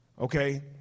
okay